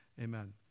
amen